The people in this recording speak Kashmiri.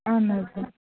اَہَن حظ